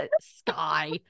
Sky